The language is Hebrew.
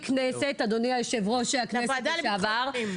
אדוני יושב-ראש הכנסת לשעבר,